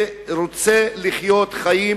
שרוצה לחיות חיים